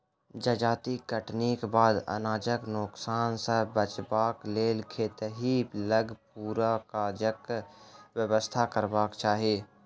जजाति कटनीक बाद अनाजक नोकसान सॅ बचबाक लेल खेतहि लग पूरा काजक व्यवस्था करबाक चाही